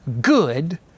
good